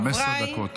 רק 15 דקות.